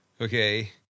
okay